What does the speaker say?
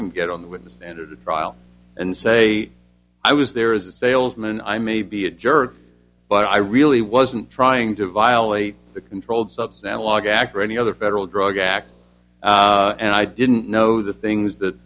him get on the witness stand of the trial and say i was there is a salesman i may be a jerk but i really wasn't trying to violate the controlled substance law gak or any other federal drug act and i didn't know the things that